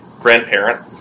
grandparent